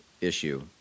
issue